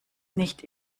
nicht